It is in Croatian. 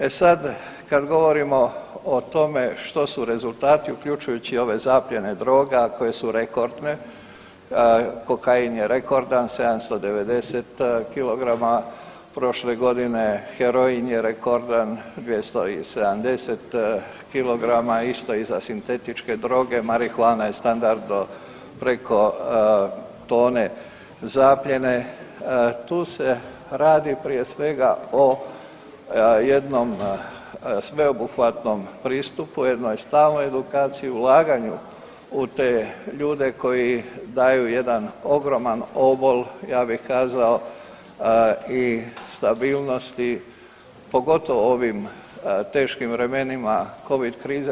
E sad kad govorimo o tome što su rezultati uključujući i ove zaplijene droga koje su rekordne, kokain je rekordan 790 kg prošle godine, heroin je rekordan 270 kg isto i za sintetičke droge, marihuana je standard od preko tone zapljene, tu se radi prije svega o jednom sveobuhvatnom pristupu, jednoj stalnoj edukaciji, ulaganju u te ljude koji daju jedan ogroman obol ja bi kazao i stabilnosti pogotovo u ovim teškim vremenima Covid krize.